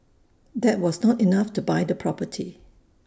that was not enough to buy the property